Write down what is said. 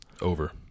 Over